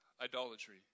idolatry